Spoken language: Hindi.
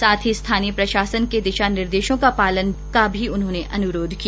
साथ ही स्थानीय प्रशासन के दिशा निर्देशों का पालन का भी अन्रोध किया